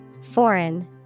Foreign